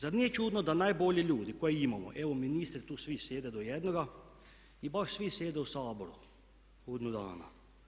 Zar nije čudno da najbolji ljudi koje imamo evo ministri tu svi sjede do jednoga i baš svi sjede u Saboru godinu dana.